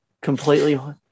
Completely